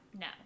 no